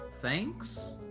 Thanks